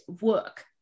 work